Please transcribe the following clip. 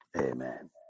Amen